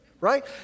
right